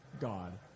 God